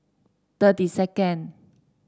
thirty second